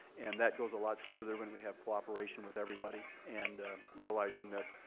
and that goes a lot smoother when we have cooperation with everybody and realizing that,